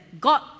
God